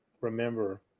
remember